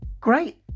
Great